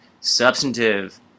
substantive